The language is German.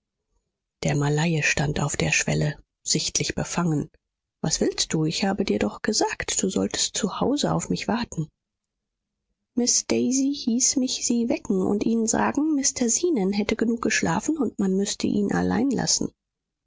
der malaie stand auf der schwelle sichtlich befangen was willst du ich habe dir doch gesagt du solltest zu hause auf mich warten miß daisy hieß mich sie wecken und ihnen sagen mr zenon hätte genug geschlafen und man müßte ihn allein lassen